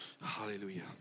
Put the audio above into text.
hallelujah